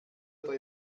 oder